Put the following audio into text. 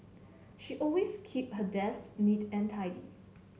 she always keeps her desk neat and tidy